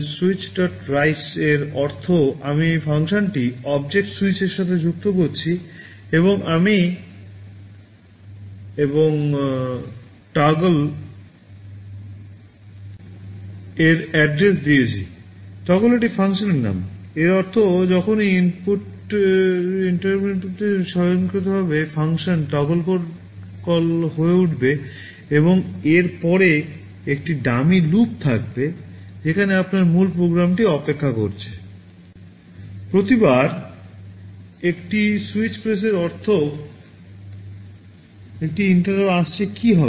Switchrise এর অর্থ আমি এই ফাংশনটি অবজেক্ট স্যুইচের সাথে যুক্ত করছি এবং আমি টগল ইনপুটের স্বয়ংক্রিয়ভাবে ফাংশন টগল কল হয়ে উঠবে এবং এর পরে একটি ডামি লুপ থাকবে যেখানে আপনার মূল প্রোগ্রামটি অপেক্ষা করছে প্রতিবার একটি সুইচ প্রেসের অর্থ একটি ইন্টারাপ্ট আসছে কী হবে